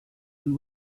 and